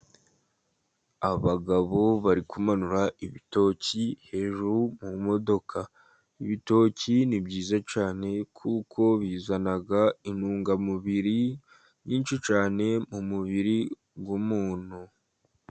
Abagabo bari kumanura ibitoki hejuru mu modoka. Ibitoki ni byiza cyane kuko bizana intungamubiri nyinshi cyane mu mubiri w'umuntu.